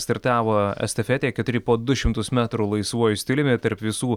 startavo estafetėj keturi po du šimtus metrų laisvuoju stiliumi tarp visų